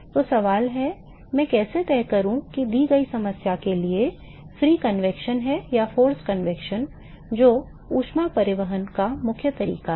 तो सवाल है मैं कैसे तय करूं कि दी गई समस्या के लिए free convection है या forced convection जो ऊष्मा परिवहन का प्रमुख तरीका है